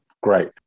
great